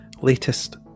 latest